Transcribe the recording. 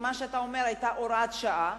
אתה אומר שהיתה הוראת שעה,